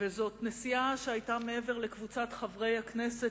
וזאת נסיעה שהיתה מעבר לקבוצת חברי הכנסת